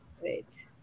Wait